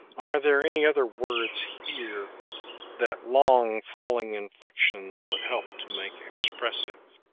are there any other words here that long falling inflections would help to make expressive?